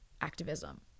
activism